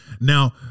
Now